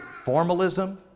Formalism